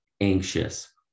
anxious